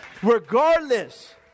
Regardless